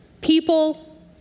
people